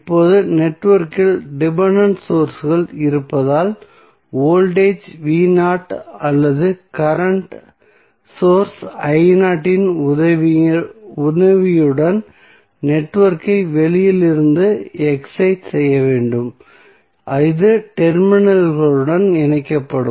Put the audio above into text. இப்போது நெட்வொர்க்கில் டிபென்டென்ட் சோர்ஸ்கள் இருப்பதால் வோல்டேஜ் அல்லது கரண்ட் சோர்ஸ் இன் உதவியுடன் நெட்வொர்க்கை வெளியில் இருந்து எக்ஸைட் செய்ய வேண்டும் இது டெர்மினல்களுடன் இணைக்கப்படும்